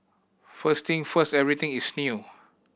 first thing first everything is new